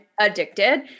addicted